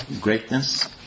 greatness